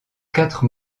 quatre